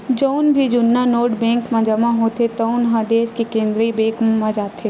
जउन भी जुन्ना नोट बेंक म जमा होथे तउन ह देस के केंद्रीय बेंक म जाथे